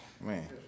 Man